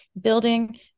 building